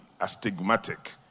astigmatic